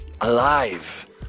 alive